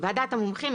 "ועדת מומחים",